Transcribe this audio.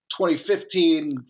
2015